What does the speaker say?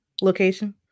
Location